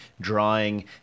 drawing